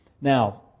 Now